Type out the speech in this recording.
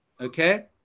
okay